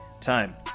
time